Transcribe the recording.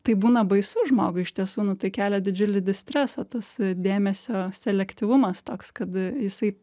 tai būna baisu žmogui iš tiesų nu tai kelia didžiulį distresą tas dėmesio selektyvumas toks kad jisai